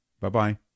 Bye-bye